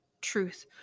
truth